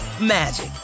magic